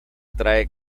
trae